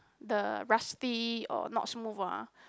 the rusty or not smooth ah